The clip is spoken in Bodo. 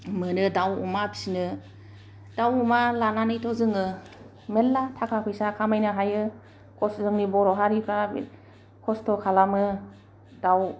मोनो दाउ अमा फिनो दाउ अमा लानानैथ' जोङो मेरला थाखा फैसा खामायनो हायो खस्थ जोंनि बर' हारिफ्रा खस्थ खालामो दाउ